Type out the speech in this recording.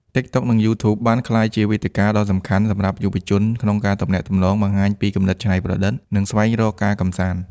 TikTok និង YouTube បានក្លាយជាវេទិកាដ៏សំខាន់សម្រាប់យុវជនក្នុងការទំនាក់ទំនង បង្ហាញពីគំនិតច្នៃប្រឌិត និងស្វែងរកការកម្សាន្ត។